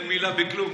אין מילה בכלום.